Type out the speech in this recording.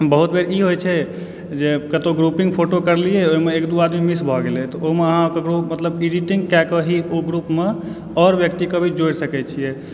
बहुत बेर ई होइ छै जे कतहुँ ग्रुपिंग फोटो करलियै ओहिमे एक दू आदमी मिस भऽ गेलय तऽ ओहिमे अहाँ मतलब ककरो एडिटिंग कएकऽ ओकरा ओहि ग्रुपमे आओर व्यक्तिके भी जोड़ि सकैत छियै